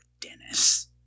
Dennis